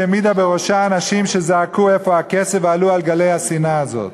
שהעמידה בראשה אנשים שזעקו "איפה הכסף?" ועלו על גלי השנאה הזאת?